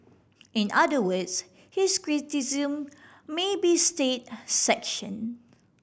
in other words his criticism may be state sanction